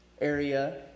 area